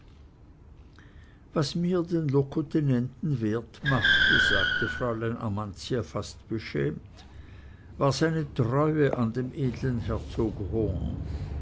was mir den locotenenten wert machte sagte fräulein amantia fast beschämt war seine treue an dem edlen herzog